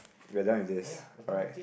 we're done with this alright